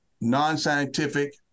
non-scientific